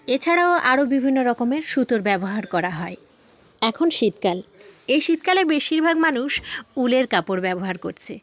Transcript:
এছাড়াও আরো বিভিন্ন রকমের সুতোর ব্যবহার করা হয় এখন শীতকাল এই শীতকালের বেশিরভাগ মানুষ উলের কাপড় ব্যবহার করছে